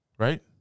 Right